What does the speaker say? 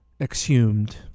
exhumed